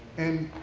and